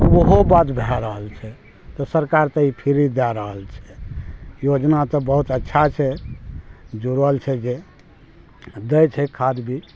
ओहो बड भए रहल छै तऽ सरकार तऽ ई फ्री दए रहल छै योजना तऽ बहुत अच्छा छै जुड़ल छै जे दै छै खाद भी